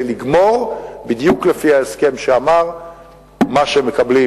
לגמור בדיוק לפי ההסכם שאמר מה שמקבלים,